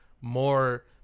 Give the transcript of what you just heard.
more